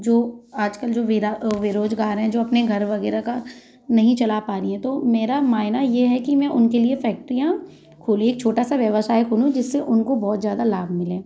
जो आजकल जो बेराजगार हैं जो अपने घर वगैरह का नहीं चला पा री है तो मेरा मायना ये है कि मैं उनके लिए फैक्ट्रियाँ खोली एक छोटा सा व्यवसाय खोलूँ जिससे उनको बहुत ज़्यादा लाभ मिलें